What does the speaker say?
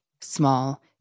small